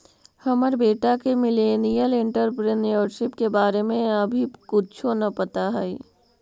हमर बेटा के मिलेनियल एंटेरप्रेन्योरशिप के बारे में अभी कुछो न पता हई